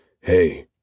hey